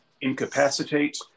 incapacitate